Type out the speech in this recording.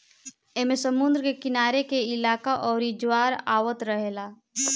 ऐमे समुद्र के किनारे के इलाका आउर ज्वार आवत रहेला